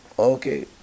Okay